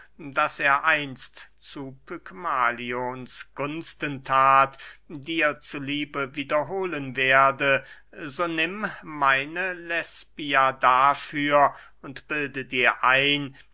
das er einst zu pygmalions gunsten that dir zu liebe wiederhohlen werde so nimm meine lesbia dafür und bilde dir ein